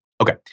Okay